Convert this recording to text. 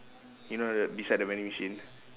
you know the beside the vending machine